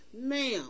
Ma'am